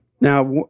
Now